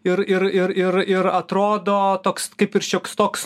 ir ir ir ir ir atrodo toks kaip ir šioks toks